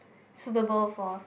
suitable for s~